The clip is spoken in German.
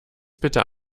bitte